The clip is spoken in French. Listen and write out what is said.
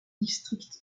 district